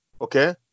Okay